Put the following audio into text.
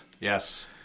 Yes